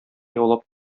яулап